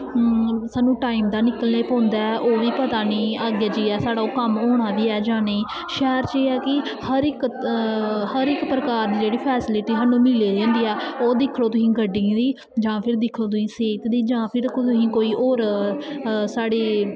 स्हानू टाईम दा निकलना पौंदा ऐ ओह् बी नी पता अग्गैं जाईयै साढ़ा कम्म होना बी ऐ जां नेंई शैह्र च एह् ऐ कि हर इक प्रकार दी फैसिलिटी मिली दी होंदी ऐ ओह् दिक्खीा लैओ तुस गड्डियें दी जां फिर तुस दिक्खो सीट दी जां तुस होर साढ़ी